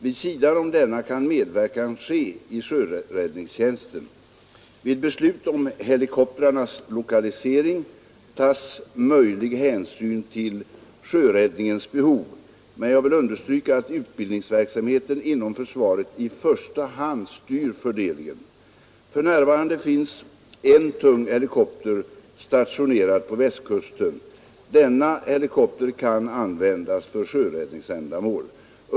Vid sidan om denna kan medverkan ske i sjöräddningstjänsten. Vid beslut om helikoptrarnas lokalisering tas möjlig hänsyn till sjöräddningens behov, men jag vill understryka att utbildningsverksamheten inom försvaret i första hand styr fördelningen. För närvarande finns en tung helikopter stationerad på Västkusten. Denna helikopter kan användas för sjöräddningsändamål.